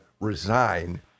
resign